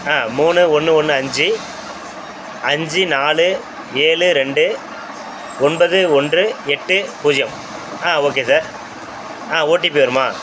ஆ மூணு ஒன்று ஒன்று அஞ்சு அஞ்சு நாலு ஏழு ரெண்டு ஒன்பது ஒன்று எட்டு பூஜ்ஜியம் ஆ ஓகே சார் ஆ ஓடிபி வருமா